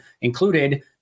included